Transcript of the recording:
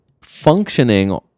functioning